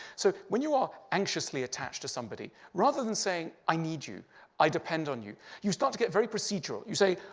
so when you are anxiously attached to somebody, rather than saying, i need you i depend on you, you start to get very procedural. you say,